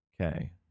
Okay